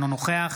אינו נוכח